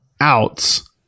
outs –